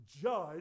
judge